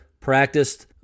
Practiced